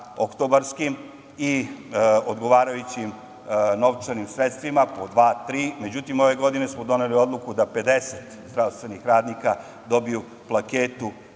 oktobarskim i odgovarajućim novčanim sredstvima, po dva-tri, međutim, ove godine smo doneli odluku da 50 zdravstvenih radnika dobiju plaketu